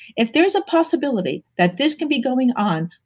if there's a possibility that this could be going on,